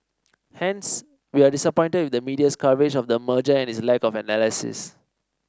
hence we are disappointed with the media's coverage of the merger and its lack of analysis